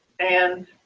and